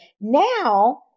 Now